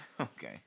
Okay